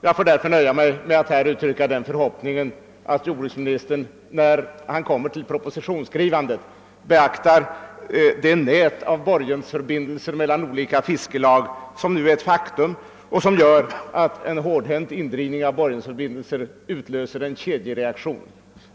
Jag får därför nöja mig med att uttrycka den förhoppningen att jordbruksministern vid propositionsskrivningen kommer att beakta det nät av borgensförbindelser mellan olika fiskelag som nu förekommer och som innebär att en hårdhänt indrivning av borgensförbindelser skulle utlösa en kedjereaktion.